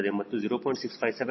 ಮತ್ತು 0